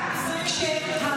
ההלכה.